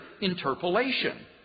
interpolation